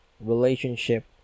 relationship